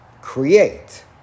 create